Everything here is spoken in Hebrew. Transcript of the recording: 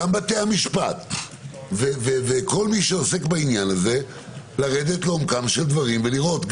גם בתי המשפט וכל מי שעוסק בעניין הזה לרדת לעומקם של דברים ולראות.